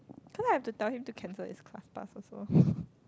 cause like I have to tell him to cancel his class pass also